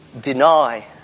deny